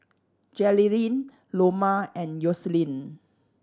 Jerilynn Loma and Yoselin